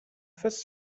first